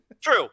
True